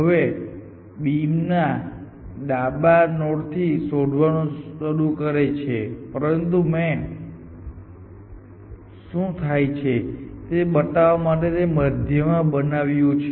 હવે બીમ ડાબા નોડથી શોધવાનું શરૂ કરે છે પરંતુ મેં શું થાય છે તે બતાવવા માટે તેને મધ્યમાં બનાવ્યું છે